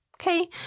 Okay